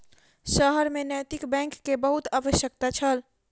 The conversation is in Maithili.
शहर में नैतिक बैंक के बहुत आवश्यकता छल